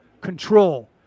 control